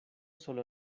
solo